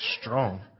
strong